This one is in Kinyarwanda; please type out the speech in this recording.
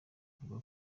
avuga